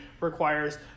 requires